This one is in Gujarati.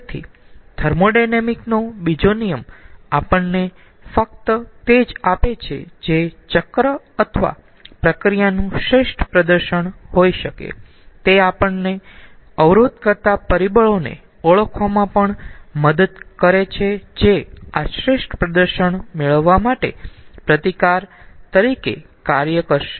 તેથી થર્મોોડાયનેમિક્સ નો બીજો નિયમ આપણને ફક્ત તે જ આપે છે જે ચક્ર અથવા પ્રક્રિયાનું શ્રેષ્ઠ પ્રદર્શન હોઈ શકે તે આપણને અવરોધ કરતા પરિબળોને ઓળખવામાં પણ મદદ કરે છે જે આ શ્રેષ્ઠ પ્રદર્શન મેળવવા માટે પ્રતિકાર તરીકે કાર્ય કરશે